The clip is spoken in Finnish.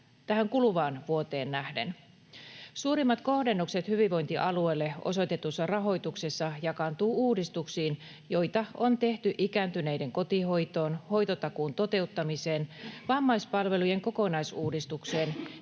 tähän kuluvaan vuoteen nähden. Suurimmat kohdennukset hyvinvointialueille osoitetussa rahoituksessa jakaantuvat uudistuksiin, joita on tehty ikääntyneiden kotihoitoon, hoitotakuun toteuttamiseen, vammaispalvelujen kokonaisuudistukseen,